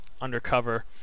undercover